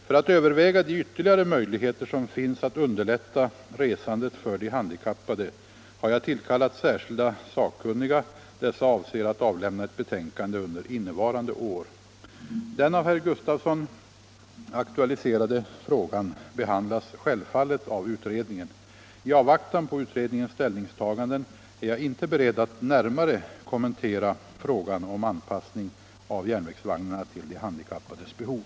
För att överväga de ytterligare möjligheter som finns att underlätta resandet för de handikappade har jag tillkallat särskilda sakkunniga. Dessa avser att avlämna ett betänkande under innevarande år. Den av herr Gustavsson aktualiserade frågan behandlas självfallet av utredningen. I avvaktan på utredningens ställningstaganden är jag inte beredd att närmare kommentera frågan om anpassning av järnvägsvagnarna till de handikappades behov.